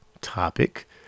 topic